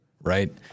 Right